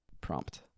prompt